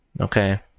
Okay